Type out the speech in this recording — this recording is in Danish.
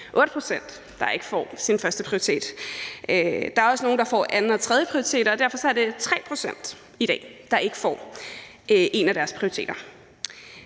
8 pct., der ikke får deres førsteprioritet. Der er også nogle, der får deres anden- eller tredjeprioritet, og derfor er der 3 pct. i dag, der ikke får en af deres prioriteter.